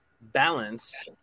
balance